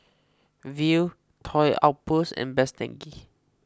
Viu Toy Outpost and Best Denki